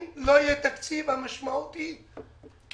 אם לא יהיה תקציב המשמעות היא קריסה.